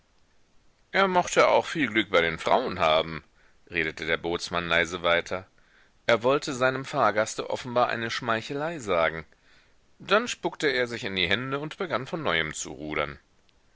er mochte auch viel glück bei den frauen haben redete der bootsmann leise weiter er wollte seinem fahrgaste offenbar eine schmeichelei sagen dann spuckte er sich in die hände und begann von neuem zu rudern